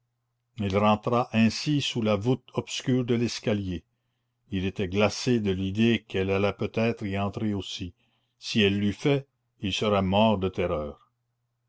il rentra ainsi sous la voûte obscure de l'escalier il était glacé de l'idée qu'elle allait peut-être y entrer aussi si elle l'eût fait il serait mort de terreur